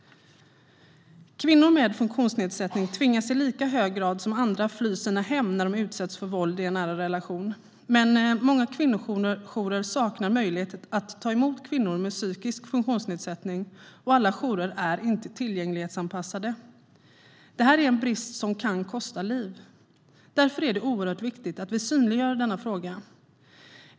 Kvinnor med funktionsnedsättning tvingas i lika hög grad som andra fly sina hem när de utsätts för våld i en nära relation. Men många kvinnojourer saknar möjlighet att ta emot kvinnor med psykisk funktionsnedsättning, och alla jourer är inte tillgänglighetsanpassade. Det är en brist som kan kosta liv. Därför är det oerhört viktigt att vi synliggör denna fråga.